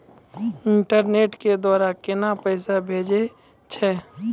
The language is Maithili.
इंटरनेट के द्वारा केना पैसा भेजय छै?